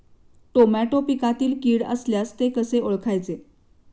Tomato पिकातील कीड असल्यास ते कसे ओळखायचे?